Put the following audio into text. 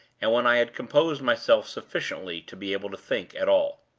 and when i had composed myself sufficiently to be able to think at all.